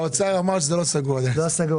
האוצר אמר שזה לא סגור עדיין.